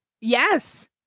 Yes